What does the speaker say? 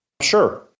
Sure